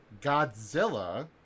Godzilla